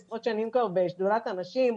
עשרות שנים כבר בשדולת הנשים.